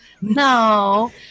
No